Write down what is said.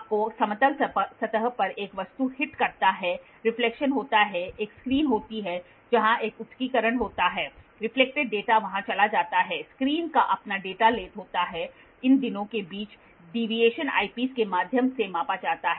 आपको समतल सतह पर एक वस्तु हिट करता है रिफ्लेक्शन होता है एक स्क्रीन होती है जहां एक उत्कीर्णन होता है रिफ्लेक्टेड डेटा वहां चला जाता है स्क्रीन का अपना डेटा होता है इन दोनों के बीच डीवीएशन ऐपिस के माध्यम से मापा जाता है